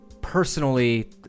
personally